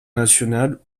nationale